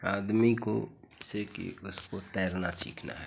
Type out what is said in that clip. आदमी को जैसे कि उसको तैरना सीखना है